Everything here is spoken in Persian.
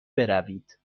بروید